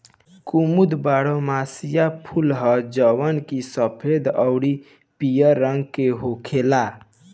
कुमुद बारहमसीया फूल ह जवन की सफेद अउरी पियर रंग के होखेला